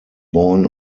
born